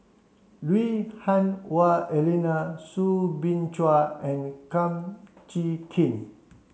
Lui Hah Wah Elena Soo Bin Chua and Kum Chee Kin